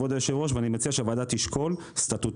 כבוד היושב ראש ואני מציע שהוועדה תשקול סטטוטוריים,